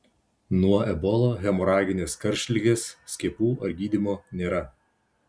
nuo ebola hemoraginės karštligės skiepų ar gydymo nėra